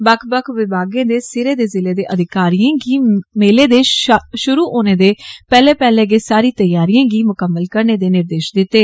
बक्ख बक्ख विभागे दे सिरे दे जिला दे अधिकारियें गी मेले दे षुरू होने दे पैहले पैहले गै सारी तयारियें गी मुकम्मल करने दे निर्देष दित्ते